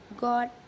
God